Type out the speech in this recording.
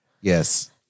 Yes